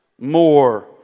more